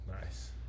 Nice